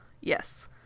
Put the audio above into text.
yes